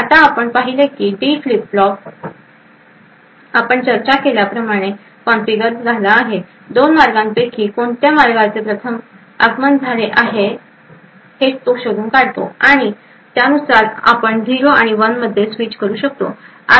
आता आपण पाहिले आहे की डी फ्लिप फ्लॉप आपण चर्चा केल्याप्रमाणे कॉन्फिगर झाला आहे 2 मार्गापैकी कोणत्या मार्गाचे प्रथम आगमन झाले आहे हे तो शोधून काढतो आणि त्यानुसार आपण 0 आणि 1 मध्ये स्विच करू शकतो